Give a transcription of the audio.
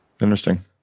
Interesting